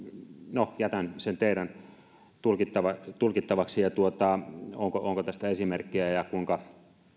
no jätän sen teidän tulkittavaksenne tulkittavaksenne onko onko tästä esimerkkejä ja kuinka